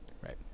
right